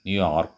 New York